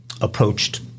approached